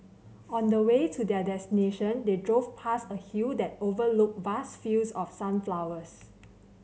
on the way to their destination they drove past a hill that overlooked vast fields of sunflowers